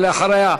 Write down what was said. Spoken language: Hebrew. ואחריה,